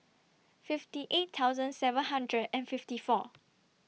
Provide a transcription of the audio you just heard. fifty eight thousand seven hundred and fifty four